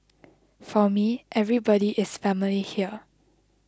for me everybody is family here